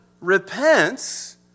repents